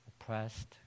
oppressed